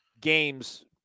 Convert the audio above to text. games